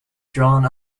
drawn